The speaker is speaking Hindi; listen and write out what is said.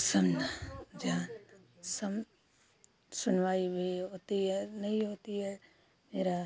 सुन्न झा सम सुनवाई भी होती है नहीं होती है मेरा